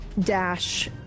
dash